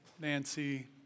Nancy